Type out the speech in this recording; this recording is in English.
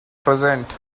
present